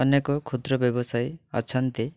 ଅନେକ କ୍ଷୁଦ୍ର ବ୍ୟବସାୟୀ ଅଛନ୍ତି